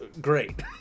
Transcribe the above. great